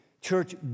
church